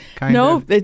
No